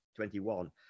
21